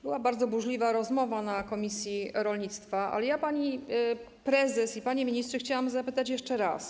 Była bardzo burzliwa rozmowa na posiedzeniu komisji rolnictwa, ale ja, pani prezes i panie ministrze, chciałam zapytać jeszcze raz.